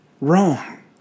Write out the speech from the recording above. wrong